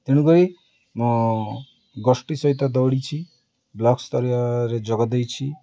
ତେଣୁକରି ମୁଁ ଗୋଷ୍ଠୀ ସହିତ ଦୌଡ଼ିଛି ବ୍ଲକସ୍ତରୀୟରେ ଯୋଗ ଦେଇଛି